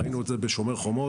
ראינו את זה בשומר חומות.